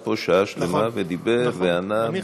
פה שעה שלמה ודיבר וענה.